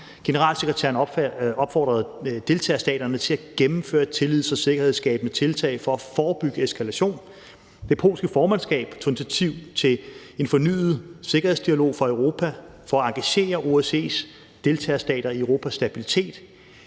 Generalsekretæren opfordrede deltagerstaterne til at gennemføre tillids- og sikkerhedsskabende tiltag for at forebygge eskalation. Det polske formandskab tog initiativ til en fornyet sikkerhedsdialog for Europa for at engagere OSCE's deltagerstater i Europas stabilitet.